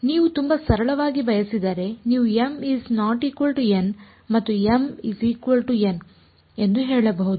ನೀವು ತುಂಬಾ ಸರಳವಾಗಿ ಬಯಸಿದರೆ ನೀವು m ≠ n ಮತ್ತು m n ಎಂದು ಹೇಳಬಹುದು